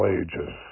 ages